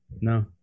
No